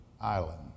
Island